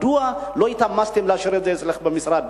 מדוע לא התאמצתם להשאיר את זה אצלך במשרד,